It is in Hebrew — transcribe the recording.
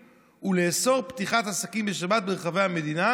ולאסור פתיחת עסקים בשבת ברחבי המדינה,